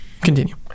Continue